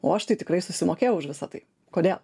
o aš tai tikrai susimokėjau už visą tai kodėl